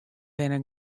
binne